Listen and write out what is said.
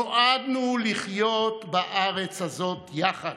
נועדנו לחיות בארץ הזאת יחד,